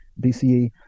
BCE